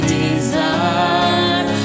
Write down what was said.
desire